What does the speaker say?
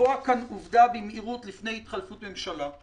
לקבוע כאן עובדה במהירות לפני התחלפות ממשלה.